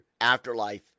Afterlife